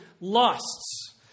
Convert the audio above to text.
lusts